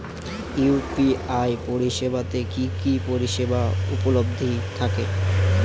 UPI পরিষেবা তে কি কি পরিষেবা উপলব্ধি থাকে?